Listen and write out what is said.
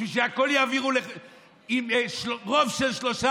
בשביל שאת הכול יעבירו ברוב של שלושה